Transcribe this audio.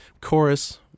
chorus